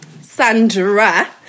Sandra